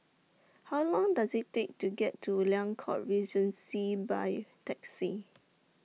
How Long Does IT Take to get to Liang Court Regency By Taxi